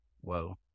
Whoa